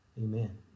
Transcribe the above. amen